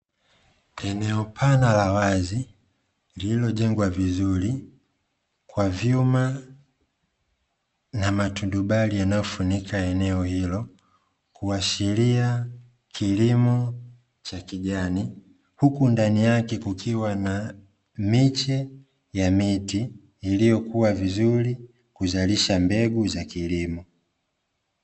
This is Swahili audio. Eneo pana la wazi lillilojengwa vizuri kwa vyuma na maturubai yaliyofunika eneo hilo, kuashiria kilimo cha kijani huku ndani yake kukiwa na miche ya miti iliyokuwa vizuri kuzalisha mbegu za kilimo.